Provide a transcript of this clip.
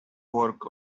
work